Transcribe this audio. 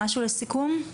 משהו לסיכום?